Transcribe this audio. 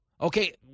Okay